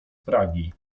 pragi